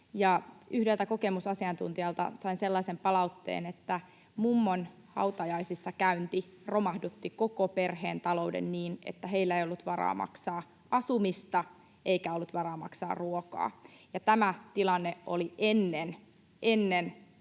yhdeltä kokemusasiantuntijalta sain sellaisen palautteen, että mummon hautajaisissa käynti romahdutti koko perheen talouden niin, että heillä ei ollut varaa maksaa asumista eikä ollut varaa maksaa ruokaa, ja tämä tilanne oli ennen